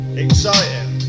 exciting